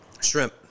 shrimp